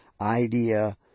idea